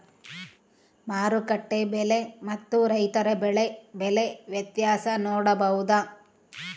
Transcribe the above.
ಮಾರುಕಟ್ಟೆ ಬೆಲೆ ಮತ್ತು ರೈತರ ಬೆಳೆ ಬೆಲೆ ವ್ಯತ್ಯಾಸ ನೋಡಬಹುದಾ?